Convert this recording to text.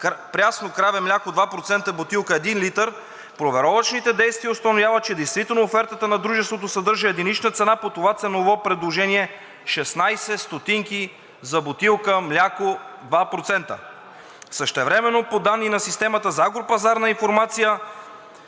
прясно краве мляко 2%, бутилка 1 литър, проверовъчните действия установяват, че наистина офертата на дружеството съдържа единична цена по това ценово предложение – 16 стотинки за бутилка мляко 2%. Същевременно по данни на Системата за агропазарна информация